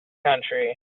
country